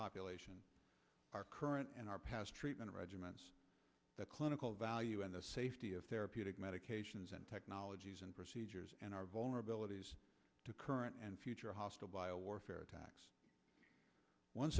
population our current and our past treatment regimen the clinical value and the safety of therapeutic medications and technologies and procedures and our vulnerabilities to current and future hostile bio warfare attacks one